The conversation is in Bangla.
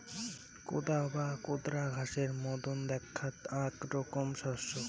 কোদা বা কোদরা ঘাসের মতন দ্যাখাত আক রকম শস্য